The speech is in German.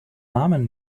namen